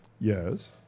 Yes